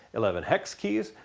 eleven hex keys,